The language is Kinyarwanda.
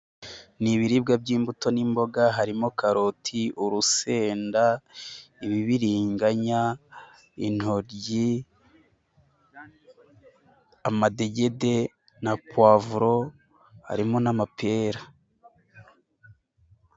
Ni ibibiribwa by'imbuto n'imboga, harimo karoti, urusenda, ibibiriganya, intoryi, amadegede na pavuro, harimo n'amapera.